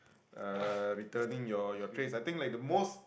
uh returning your your trays I think like the most